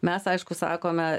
mes aišku sakome